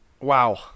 wow